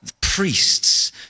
priests